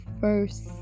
first